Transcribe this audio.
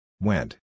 Went